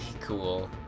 cool